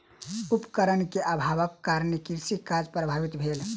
उपकरण के अभावक कारणेँ कृषि कार्य प्रभावित भेल